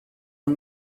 اون